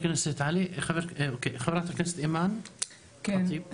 חברת הכנסת אימאן, בבקשה.